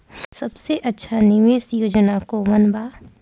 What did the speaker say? सबसे अच्छा निवेस योजना कोवन बा?